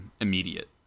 immediate